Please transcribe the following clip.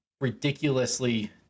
ridiculously